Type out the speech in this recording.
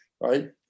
right